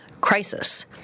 crisis